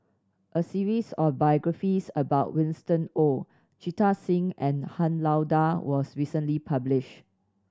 a series of biographies about Winston Oh Jita Singh and Han Lao Da was recently published